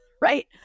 Right